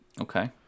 Okay